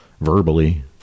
verbally